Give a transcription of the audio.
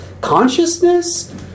Consciousness